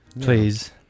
Please